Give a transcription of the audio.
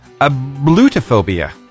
ablutophobia